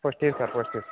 first year sir first year